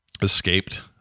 escaped